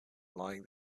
lying